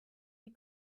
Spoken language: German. wie